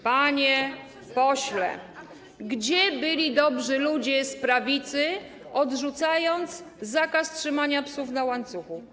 Panie pośle, gdzie byli dobrzy ludzie z prawicy, gdy odrzucano zakaz trzymania psów na łańcuchu?